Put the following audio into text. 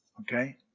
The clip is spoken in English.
Okay